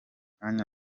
kanya